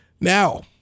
Now